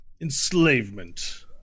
enslavement